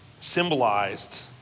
symbolized